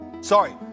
Sorry